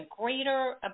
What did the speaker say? greater